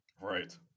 Right